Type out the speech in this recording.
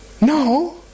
No